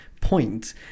point